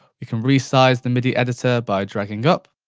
we can resize the midi editor by dragging up,